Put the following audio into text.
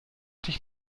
dich